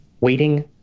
waiting